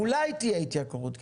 אולי תהיה התייקרות,